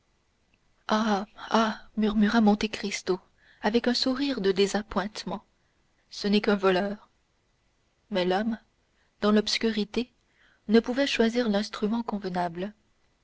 murmura monte cristo avec un sourire de désappointement ce n'est qu'un voleur mais l'homme dans l'obscurité ne pouvait choisir l'instrument convenable